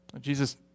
Jesus